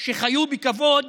שחיו בכבוד